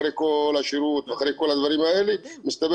אחרי כל השירות ואחרי כל הדברים האלה מסתבר